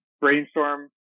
brainstorm